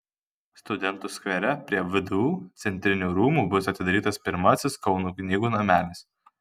studentų skvere prie vdu centrinių rūmų bus atidarytas pirmasis kauno knygų namelis